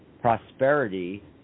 prosperity